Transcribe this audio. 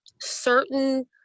certain